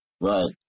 Right